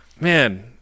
Man